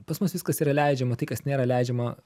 pas mus viskas yra leidžiama tai kas nėra leidžiama